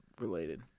related